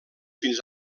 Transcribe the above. fins